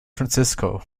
francisco